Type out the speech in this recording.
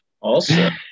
Awesome